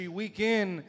weekend